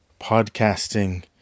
podcasting